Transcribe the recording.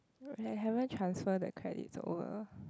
h~ haven't transfer the credits over